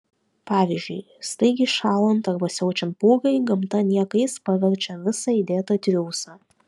pavyzdžiui staigiai šąlant arba siaučiant pūgai gamta niekais paverčia visą įdėtą triūsą